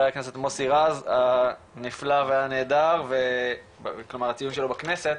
הכנסת מוסי רז הנפלא והנהדר כלומר הציון שלו בכנסת,